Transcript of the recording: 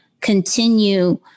continue